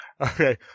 Okay